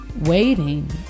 waiting